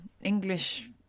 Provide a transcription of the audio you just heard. English